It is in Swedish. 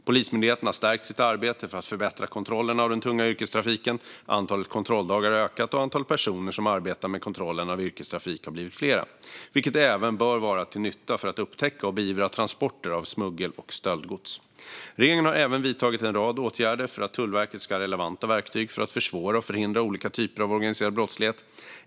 Polismyndigheten har stärkt sitt arbete för att förbättra kontrollerna av den tunga yrkestrafiken, antalet kontrolldagar har ökat och antalet personer som arbetar med kontrollen av yrkestrafiken har ökat, vilket även bör vara till nytta för att upptäcka och beivra transporter av smuggel och stöldgods. Regeringen har även vidtagit en rad åtgärder för att Tullverket ska ha relevanta verktyg för att försvåra och förhindra olika typer av organiserad brottslighet.